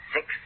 Six